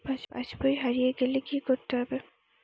পাশবই হারিয়ে গেলে কি করতে হবে?